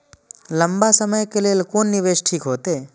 लंबा समय के लेल कोन निवेश ठीक होते?